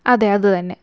അതെ അത് തന്നെ